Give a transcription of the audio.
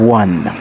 one